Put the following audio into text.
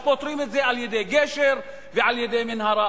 אז פותרים את זה על-ידי גשר ועל-ידי מנהרה.